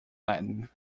latin